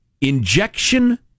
injection